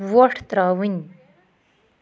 وۄٹھ تراوٕنۍ